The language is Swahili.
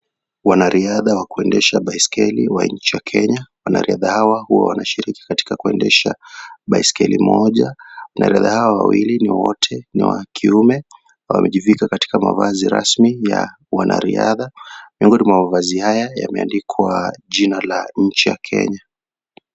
Wanariadha wa kuendesha baiskeli wa nchi ya Kenya. Wanariadha Hawa huwa wanashiriki kaitka kuendesha baiskeli Moja. Wanariadha hao wawili ni wote kiume wamejivika katika mavazi rasmi ya wanariadha. Miongoni mwa wanariadha Hawa wameandikwa jina la kenya